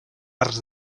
arts